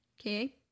Okay